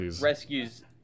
rescues